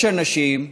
יש אנשים,